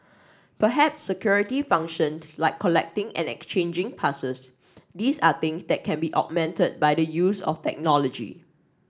perhaps security functioned like collecting and exchanging passes these are things that can be augmented by the use of technology